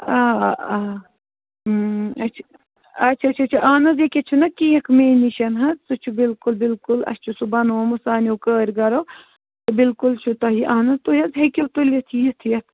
آ آ اچھا اچھا اچھا اہن حظ ییٚکیٛاہ چھُ نہ کیک مےٚ نِش حظ سُہ چھُ بِلکُل بِلکُل اَسہِ چھِ سُہ بنومُت سانیو کٲرۍگرو بِلکُل چھُ تۄہہِ اہن حظ تُہۍ حظ ہیٚکِو تُلِتھ یِتھ یَتھ